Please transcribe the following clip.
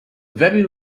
very